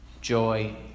joy